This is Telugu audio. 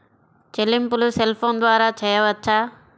చెల్లింపులు సెల్ ఫోన్ ద్వారా చేయవచ్చా?